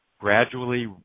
gradually